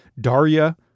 Daria